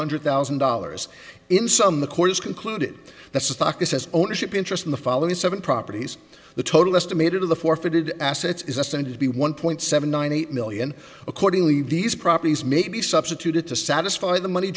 hundred thousand dollars in some the court has concluded that stock is his ownership interest in the following seven properties the total estimated of the forfeited assets is estimated to be one point seven nine eight million accordingly these properties may be substituted to satisfy the money